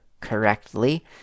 correctly